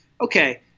Okay